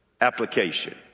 Application